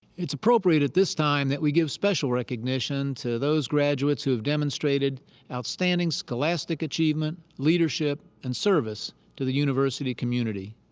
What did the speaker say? it's appropriate at this time that we give special recognition to those graduates who have demonstrated outstanding scholastic achievement, leadership, and service to the university community.